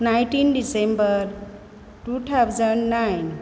nineteen December two thousand nine